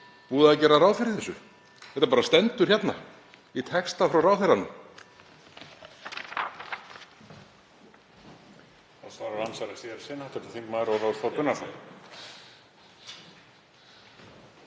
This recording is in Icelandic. búið að gera ráð fyrir þessu. Þetta stendur hérna í texta frá ráðherranum.